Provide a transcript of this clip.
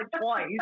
twice